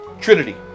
Trinity